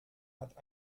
hat